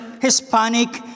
Hispanic